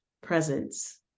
presence